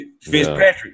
Fitzpatrick